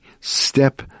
step